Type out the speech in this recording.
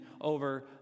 over